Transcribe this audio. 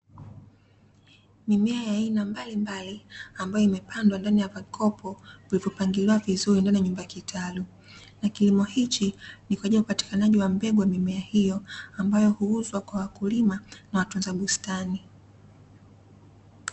Mimea ya aina mbalimbali ambayo imepandwa ndani ya makopo yaliyopangiliwa vizuri ndani ya nyumba ya kitalu. Na kilimo hichi ni kwa ajili ya upatikanaji wa mbegu ya mimea hiyo ambayo huuzwa kwa wakulima na watunza bustani.